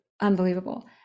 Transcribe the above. unbelievable